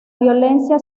violencia